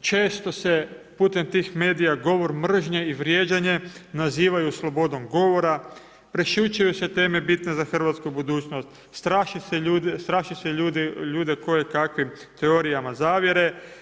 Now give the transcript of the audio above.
često se putem tih medija govor mržnje i vrijeđanje nazivaju slobodom govora, prešućuje se teme bitne za hrvatsku budućnost, straši se ljude kojekakvim teorijama zavjere.